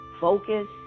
Focus